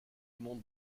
monts